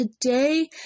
today